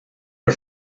her